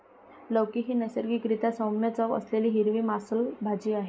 लौकी ही नैसर्गिक रीत्या सौम्य चव असलेली हिरवी मांसल भाजी आहे